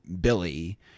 billy